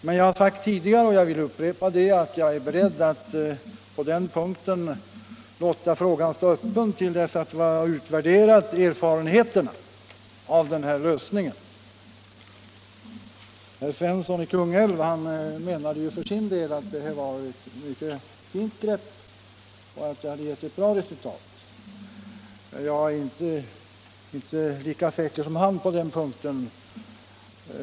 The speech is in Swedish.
Men jag har sagt tidigare och jag vill upprepa det, att jag är beredd att låta den frågan stå öppen till dess man har utvärderat erfarenheterna av den här lösningen. Herr Svensson i Kungälv ansåg för sin del att det här var ett mycket fint grepp och att det hade gett ett bra resultat. Jag är inte lika säker som han på den punkten.